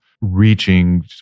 reaching